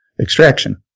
extraction